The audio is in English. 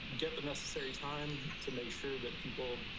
get the necessary time to make sure that people